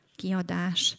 kiadás